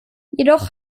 jedoch